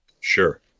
Sure